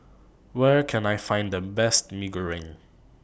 Where Can I Find The Best Mee Goreng